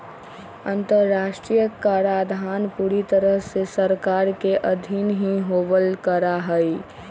अन्तर्राष्ट्रीय कराधान पूरी तरह से सरकार के अधीन ही होवल करा हई